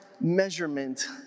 measurement